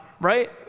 right